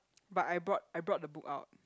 but I brought I brought the book out